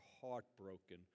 heartbroken